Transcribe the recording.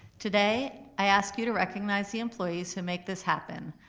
today i ask you to recognize the employees who make this happen,